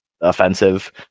offensive